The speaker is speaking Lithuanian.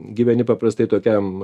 gyveni paprastai tokiam